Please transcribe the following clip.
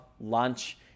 lunch